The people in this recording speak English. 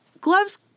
gloves